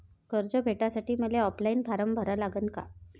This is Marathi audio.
कर्ज भेटासाठी मले ऑफलाईन फारम भरा लागन का?